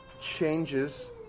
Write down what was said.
changes